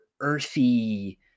earthy